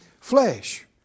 flesh